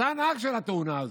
אתה הנהג של התאונה הזו,